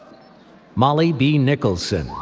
molly b. nicholson,